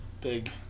Big